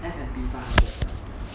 S&B five hundred